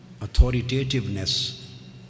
authoritativeness